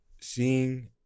seeing